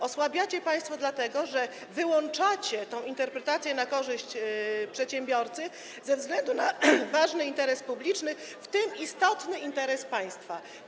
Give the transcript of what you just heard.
Osłabiacie państwo tę zasadę, dlatego że wyłączacie interpretację na korzyść przedsiębiorcy ze względu na ważny interes publiczny, w tym istotny interes państwa.